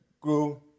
grew